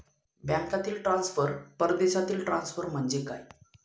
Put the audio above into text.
बँकांतील ट्रान्सफर, परदेशातील ट्रान्सफर म्हणजे काय?